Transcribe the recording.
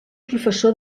professor